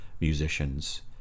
musicians